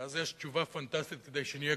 ואז יש תשובה פנטסטית: "כדי שנהיה גדולים".